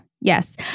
Yes